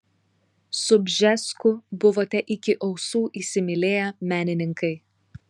su bžesku buvote iki ausų įsimylėję menininkai